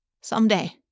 Someday